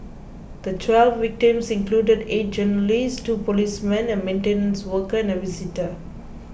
the twelve victims included eight journalists two policemen a maintenance worker and a visitor